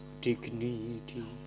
dignity